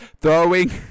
throwing